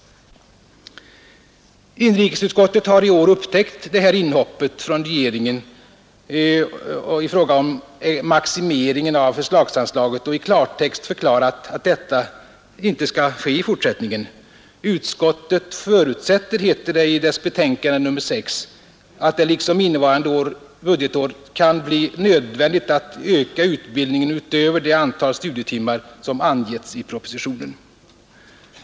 Inrikesutskottet har i år upptäckt det här inhoppet från regeringen i fråga om maximeringen av förslagsanslaget och i klartext förklarat, att detta inte skall ske i fortsättningen. ”Utskottet förutsätter”, heter det i dess betänkande nr 6, att ”det liksom innevarande budgetår kan bli nödvändigt att öka utbildningen utöver det antal studietimmar som angetts i propositionen”.